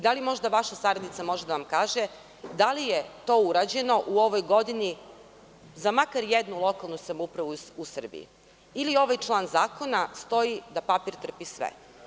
Da li možda vaša saradnica može da vam kaže da li je to urađeno u ovoj godini za makar jednu lokalnu samoupravu u Srbiji ili ovaj član zakona stoji da papir trpi sve?